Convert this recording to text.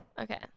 Okay